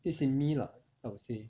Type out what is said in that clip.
it's in me lah I would say